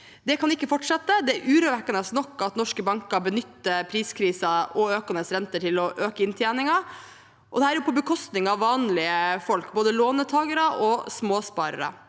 Det kan ikke fortsette. Det er urovekkende nok at norske banker benytter priskrisen og økende renter til å øke inntjeningen, og det på bekostning av vanlige folk, både låntakere og småsparere,